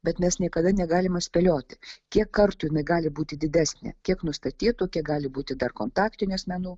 bet mes niekada negalima spėlioti kiek kartų jinai gali būti didesnė kiek nustatytų kiek gali būti dar kontaktinių asmenų